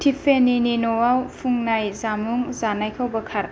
टिफ्फेनिनि नआव फुंनाय जामुं जानायखौ बोखार